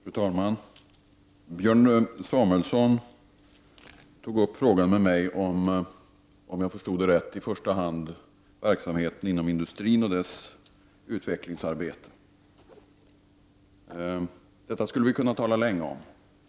Fru talman! Björn Samuelson tog, om jag förstod det rätt, med mig upp frågan om i första hand verksamheten inom industrin och dess utvecklingsarbete. Det skulle vi kunna tala länge om.